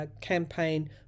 campaign